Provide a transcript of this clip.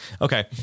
okay